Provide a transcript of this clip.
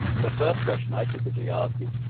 the first question i typically ask is,